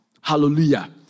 Hallelujah